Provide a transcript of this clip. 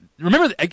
Remember